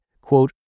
quote